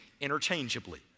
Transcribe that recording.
interchangeably